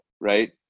right